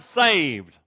saved